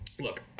look